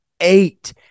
eight